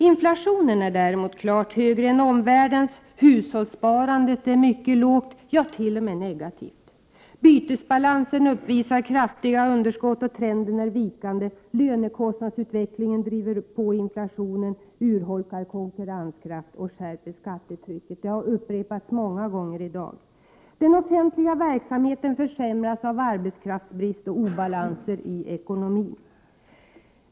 Inflationen är däremot klart högre än omvärldens, hushållssparandet är mycket lågt, ja t.o.m. negativt, bytesbalansen uppvisar kraftiga underskott och trenden är vikande, lönekostnadsutvecklingen driver på inflationen, urholkar konkurrenskraft och skärper skattetrycket. Detta har framhållits många gånger i dag. Den offentliga verksamheten försämras av arbetskraftsbrist och obalanser i ekonomin.